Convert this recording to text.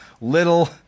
little